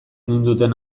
ninduten